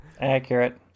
Accurate